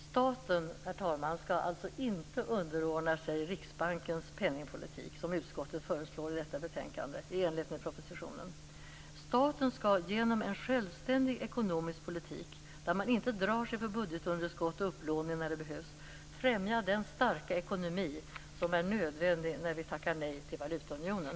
Staten, herr talman, skall alltså inte underordna sig Staten skall genom en självständig ekonomisk politik där man inte drar sig för budgetunderskott och upplåning när det behövs främja den starka ekonomi som är nödvändig när vi tackar nej till valutaunionen.